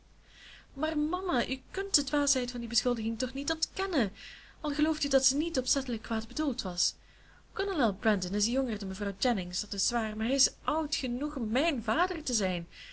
maar mama u kunt de dwaasheid van die beschuldiging toch niet ontkennen al gelooft u dat ze niet opzettelijk kwaad bedoeld was kolonel brandon is jonger dan mevrouw jennings dat is waar maar hij is oud genoeg om mijn vader te zijn